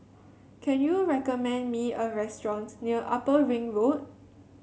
can you recommend me a restaurant near Upper Ring Road